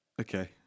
Okay